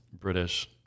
British